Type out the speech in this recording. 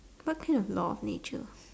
what thing is law of nature